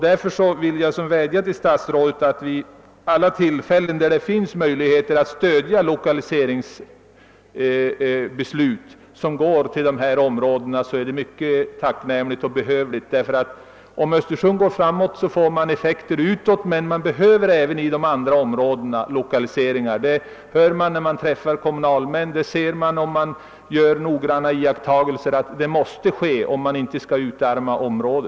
Därför vill jag vädja till statsrådet att vid alla tänkbara tillfällen stödja lokaliseringsbeslut som gynnar dessa områden. Om Östersund går framåt får detta effekter i omlandet, men det behövs lokaliseringar även i andra områden. Om man resonerar med kommunalmän och om man gör noggranna iakttagelser av vad som sker förstår man att detta är nödvändigt om dessa byggder inte skall bli utarmade.